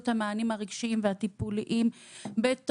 הבנו,